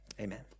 Amen